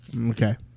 Okay